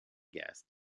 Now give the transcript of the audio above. guest